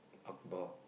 Akbar